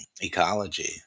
ecology